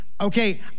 okay